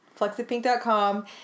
flexipink.com